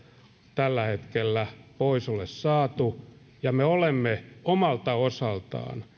tällä hetkellä pois ole saatu ja me olemme omalta osaltamme